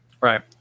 right